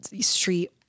street